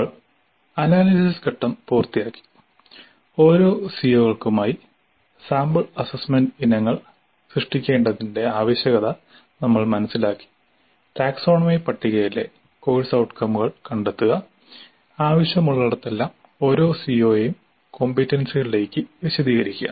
നമ്മൾ അനാലിസിസ് ഘട്ടം പൂർത്തിയാക്കി ഓരോ CO കൾക്കുമായി സാമ്പിൾ അസസ്മെന്റ് ഇനങ്ങൾ സൃഷ്ടിക്കേണ്ടതിന്റെ ആവശ്യകത നമ്മൾ മനസ്സിലാക്കി ടാക്സോണമി പട്ടികയിലെ കോഴ്സ് ഔട്കമുകൾ കണ്ടെത്തുക ആവശ്യമുള്ളിടത്തെല്ലാം ഓരോ CO യെയും കോംപീറ്റൻസികളിലേക്ക് വിശദീകരിക്കുക